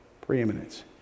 Preeminence